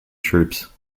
troops